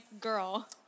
girl